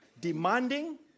demanding